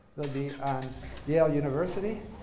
they'll be on yale university